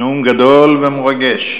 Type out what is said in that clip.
נאום גדול ומרגש.